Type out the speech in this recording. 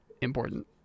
important